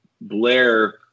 Blair